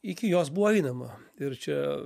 iki jos buvo einama ir čia